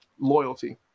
loyalty